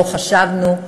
לא חשבנו,